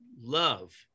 love